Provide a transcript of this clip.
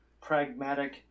pragmatic